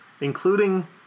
including